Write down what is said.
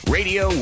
Radio